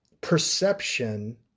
perception